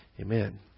Amen